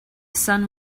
sun